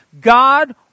God